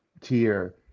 tier